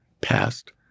passed